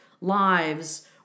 lives